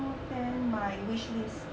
Q ten my wish list